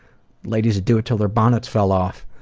ladies would do it til their bonnets fell off.